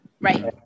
right